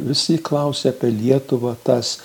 visi klausė apie lietuvą tas